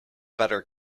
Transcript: better